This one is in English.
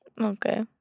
Okay